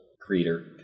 creator